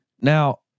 Now